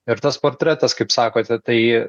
ir tas portretas kaip sakote tai